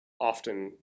often